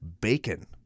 bacon